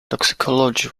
toxicology